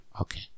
Okay